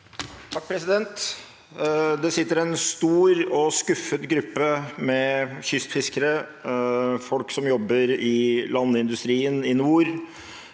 (MDG) Det sitter en stor og skuffet gruppe med kystfiskere, folk som jobber i landindustrien i nord,